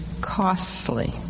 costly